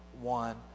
one